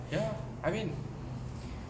ya I mean